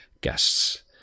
guests